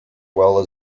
well